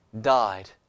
died